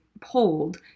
Pulled